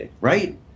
right